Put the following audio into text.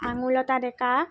Angurlata Deka